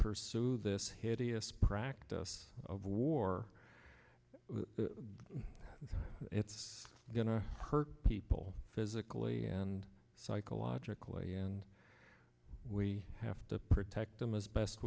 pursue this hideous practice of war it's going to hurt people physically and psychologically and we have to protect them as best